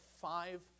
five